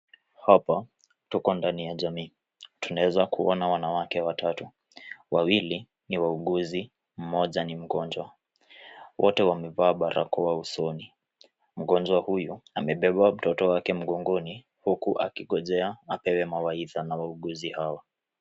Hapa tuko ndani ya jamii. Tunaweza kuona wanawake watatu, wawili ni wauguzi mmoja ni mgonjwa. Wote wamevaa barakoa usoni. Mgonjwa huyu amebeba mtoto wake mgongoni huku akingojea apewe mawaidha na wauguzi hawa.